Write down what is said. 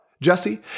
Jesse